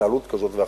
התנהלות כזאת ואחרת.